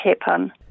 happen